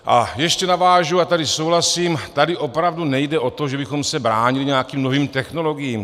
A ještě navážu, a tady souhlasím tady opravdu nejde o to, že bychom se bránili nějakým novým technologiím.